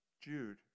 Jude